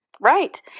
Right